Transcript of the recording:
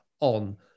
on